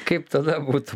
kaip tada būtų